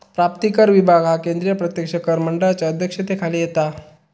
प्राप्तिकर विभाग ह्यो केंद्रीय प्रत्यक्ष कर मंडळाच्या अध्यक्षतेखाली येता